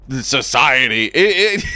Society